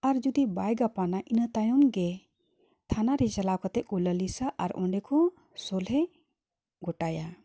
ᱟᱨ ᱡᱩᱫᱤ ᱵᱟᱭ ᱜᱟᱯᱟᱱᱟ ᱤᱱᱟᱹ ᱛᱟᱭᱚᱢ ᱜᱮ ᱛᱷᱟᱱᱟ ᱨᱮ ᱪᱟᱞᱟᱣ ᱠᱟᱛᱮ ᱠᱚ ᱞᱟᱹᱞᱤᱥᱟ ᱟᱨ ᱚᱸᱰᱮ ᱠᱚ ᱥᱚᱞᱦᱮ ᱜᱚᱴᱟᱭᱟ